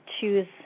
choose